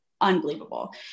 unbelievable